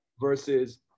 versus